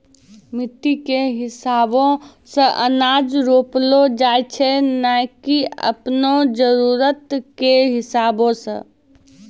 मिट्टी कॅ हिसाबो सॅ अनाज रोपलो जाय छै नै की आपनो जरुरत कॅ हिसाबो सॅ